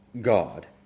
God